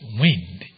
wind